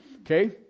Okay